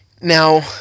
Now